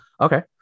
okay